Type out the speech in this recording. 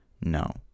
No